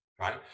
right